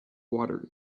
water